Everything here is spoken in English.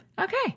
Okay